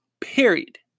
Period